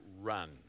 run